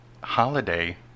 holiday